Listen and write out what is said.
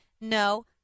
No